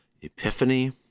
epiphany